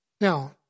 Now